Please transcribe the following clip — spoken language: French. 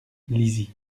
lizy